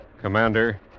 Commander